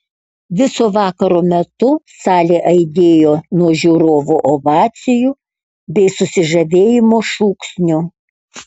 viso vakaro metu salė aidėjo nuo žiūrovų ovacijų bei susižavėjimo šūksnių